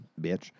bitch